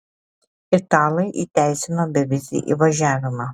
italai įteisino bevizį įvažiavimą